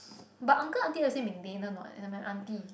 but uncle aunty will say maintenance [what] is like my aunty